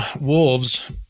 wolves